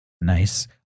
Nice